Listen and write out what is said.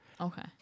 Okay